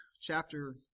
chapter